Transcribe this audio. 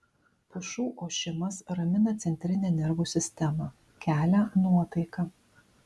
pušų ošimas ramina centrinę nervų sistemą kelia nuotaiką